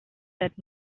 said